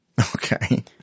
Okay